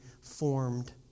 formed